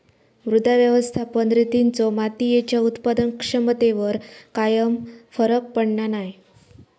मृदा व्यवस्थापन रितींचो मातीयेच्या उत्पादन क्षमतेवर कायव फरक पडना नाय